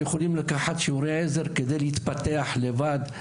שיכולים לקחת שיעורי עזר כדי להתפתח לבד.